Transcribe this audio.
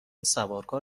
سوارکار